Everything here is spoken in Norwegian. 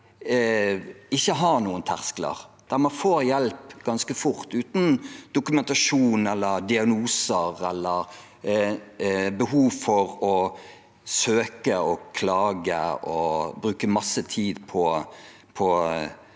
ikke har noen terskel, og der man får hjelp ganske fort, uten dokumentasjon, diagnose eller behov for å søke, klage og bruke masse tid på